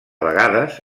vegades